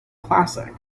classic